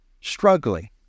struggling